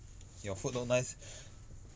your food not nice